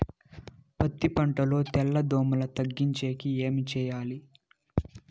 పత్తి పంటలో తెల్ల దోమల తగ్గించేకి ఏమి చేయాలి?